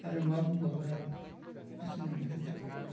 आरो मा बुंबावगोन आरो बेखिनियावनो दोनथ'बाय आरो